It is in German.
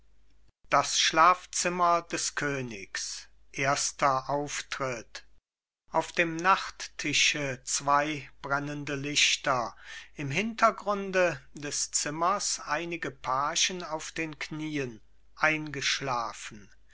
das schlafzimmer des königs erster auftritt auf dem nachttische zwei brennende lichter im hintergrunde des zimmers einige pagen auf den knien eingeschlafen